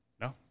No